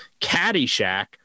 Caddyshack